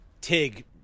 Tig